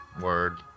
Word